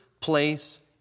place